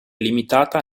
limitata